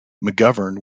mcgovern